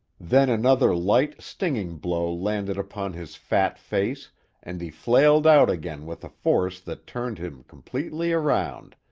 then another light, stinging blow landed upon his fat face and he flailed out again with a force that turned him completely around,